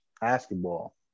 basketball